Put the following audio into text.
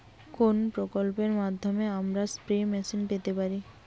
কোন প্রকল্পের মাধ্যমে আমরা স্প্রে মেশিন পেতে পারি?